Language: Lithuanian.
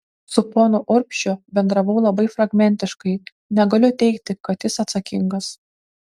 su ponu urbšiu bendravau labai fragmentiškai negaliu teigti kad jis atsakingas